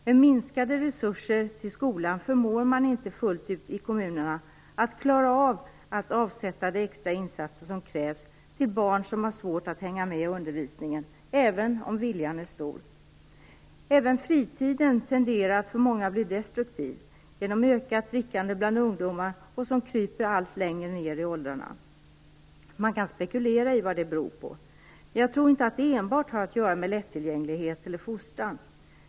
Med minskade resurser till skolan förmår man inte ute kommunerna att fullt ut avsätta de extra insatser som krävs till barn som har svårt att hänga med i undervisningen, även om viljan är stor. Även fritiden tenderar att bli destruktiv för många genom ökat drickande bland ungdomar. Detta kryper allt längre ned i åldrarna. Man kan spekulera i vad det beror. Jag tror inte att det enbart har att göra med lättillgänglighet eller fostran.